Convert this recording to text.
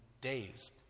days